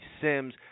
Sims